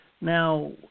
Now